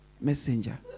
Messenger